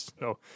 No